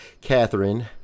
Catherine